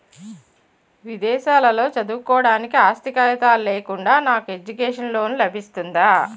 విదేశాలలో చదువుకోవడానికి ఆస్తి కాగితాలు లేకుండా నాకు ఎడ్యుకేషన్ లోన్ లబిస్తుందా?